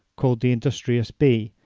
called the industrious bee,